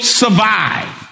survive